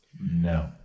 No